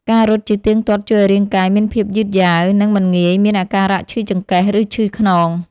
ការរត់ជាទៀងទាត់ជួយឱ្យរាងកាយមានភាពយឺតយ៉ាវ និងមិនងាយមានអាការៈឈឺចង្កេះ ឬឈឺខ្នង។